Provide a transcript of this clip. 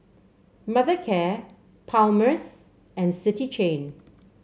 Mothercare Palmer's and City Chain